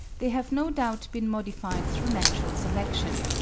they have no doubt been modified through natural selection,